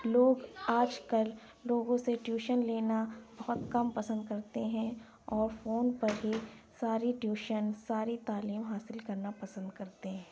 لوگ آج کل لوگوں سے ٹیوشن لینا بہت کم پسند کرتے ہیں اور فون پر ہی ساری ٹیوشن ساری تعلیم حاصل کرنا پسند کرتے